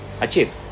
achieve